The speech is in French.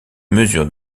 mesure